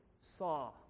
saw